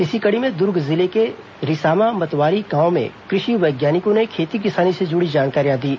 इसी कड़ी में दूर्ग जिले के रिसामा मतवारी गांव में कृषि वैज्ञानिकों ने खेती किसानी से जुड़ी जानकारियां दीं